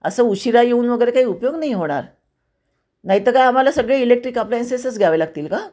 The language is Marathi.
असं उशिरा येऊन वगैरे काही उपयोग नाही होणार नाही तर का आम्हाला सगळे इलेक्ट्रिक अप्लायंसेसच घ्यावे लागतील का